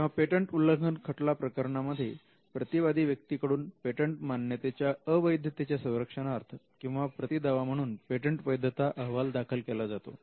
तेव्हा पेटंट उल्लंघन खटला प्रकरणांमध्ये प्रतिवादी व्यक्तीकडून पेटंट मान्यतेच्या अवैधतेच्या संरक्षणार्थ किंवा प्रतिदावा म्हणून पेटंट वैधता अहवाल दाखल केला जातो